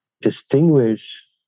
distinguish